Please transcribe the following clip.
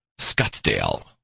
Scottsdale